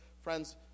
friends